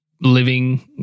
living